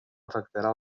afectarà